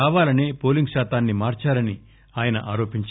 కావాలనే పోలింగ్ శాతాన్ని మార్సారని ఆయన ఆరోపించారు